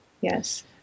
Yes